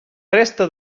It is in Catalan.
resta